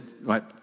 Right